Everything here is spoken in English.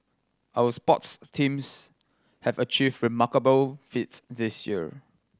our sports teams have achieved remarkable feats this year